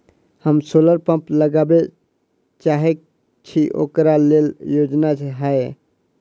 हम solar pump लगाबै चाहय छी ओकरा लेल योजना हय?